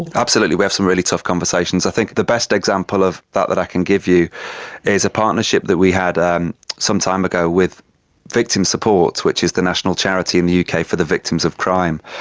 absolutely, we have some really tough conversations. i think the best example of that that i can give you is a partnership that we had and some time ago with victim support, which is the national charity in the uk for the victims of crime.